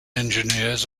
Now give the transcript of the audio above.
engineers